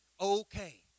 okay